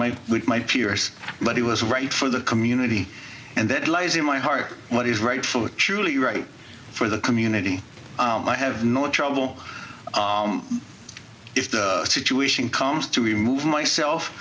with my peers but he was right for the community and that lies in my heart what is right for surely right for the community i have no trouble if the situation comes to remove myself